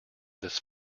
this